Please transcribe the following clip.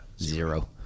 zero